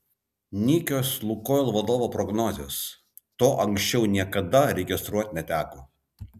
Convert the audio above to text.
nykios lukoil vadovo prognozės to anksčiau niekada registruoti neteko